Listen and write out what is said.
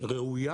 ראויה